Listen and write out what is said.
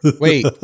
Wait